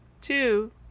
Two